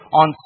on